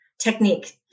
technique